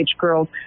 girls